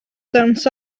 dawns